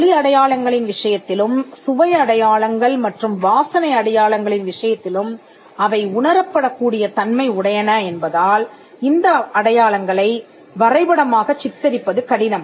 ஒலி அடையாளங்களின் விஷயத்திலும் சுவை அடையாளங்கள் மற்றும் வாசனை அடையாளங்களின் விஷயத்திலும் அவை உணரப்படக் கூடிய தன்மை உடையன என்பதால் இந்த அடையாளங்களை வரைபடமாகச் சித்தரிப்பது கடினம்